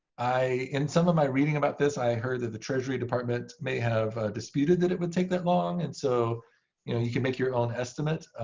in some of my reading about this, i heard that the treasury department may have disputed that it would take that long. and so you can make your own estimate.